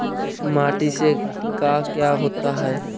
माटी से का क्या होता है?